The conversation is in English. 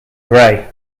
gray